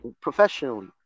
professionally